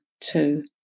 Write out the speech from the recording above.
two